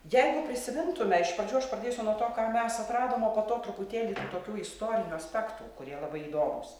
jeigu prisimintume iš pradžių aš pradėsiu nuo to ką mes atradom o po to truputėlį tokių istorinių aspektų kurie labai įdomūs